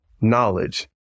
knowledge